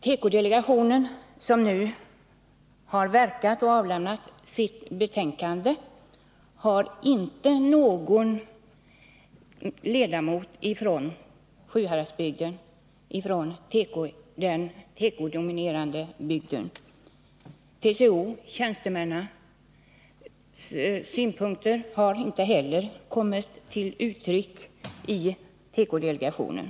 Tekodelegationen som nu har arbetat och avlämnat sitt betänkande har inte någon ledamot från Sjuhäradsbygden, den tekodominerade bygden. TCO-tjänstemännens synpunkter har inte heller kommit till uttryck i tekodelegationen.